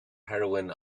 heroine